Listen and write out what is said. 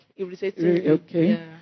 okay